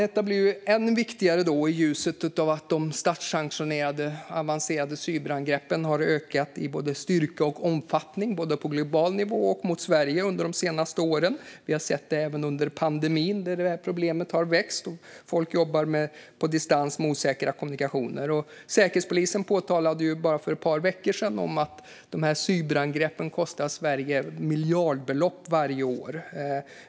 Detta blir än viktigare i ljuset av att de statssanktionerade, avancerade cyberangreppen har ökat i styrka och omfattning både på global nivå och mot Sverige under de senaste åren. Vi har sett det även under pandemin, där problemet har växt i och med att folk jobbar på distans med osäkra kommunikationer. Säkerhetspolisen påtalade bara för ett par veckor sedan att cyberangreppen kostar Sverige miljardbelopp varje år.